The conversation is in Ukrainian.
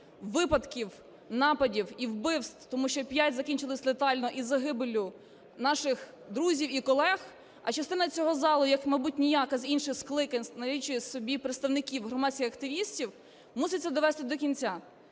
випадків нападів і вбивств, тому що 5 закінчились летально, із загибеллю наших друзів і колег. А частина цього залу, як, мабуть, ніяка з інших скликань, налічує в собі представників громадських активістів, мусить це довести до кінця.